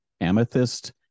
amethyst